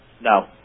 No